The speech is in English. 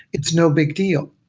it's no big deal.